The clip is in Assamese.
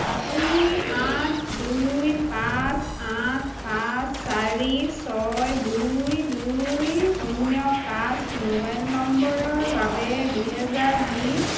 আপুনি আঠ দুই পাঁচ আঠ পাঁচ চাৰি ছয় দুই দুই শূন্য পাঁচ মোবাইল নম্বৰৰ বাবে দুহেজাৰ বিছ